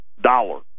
dollar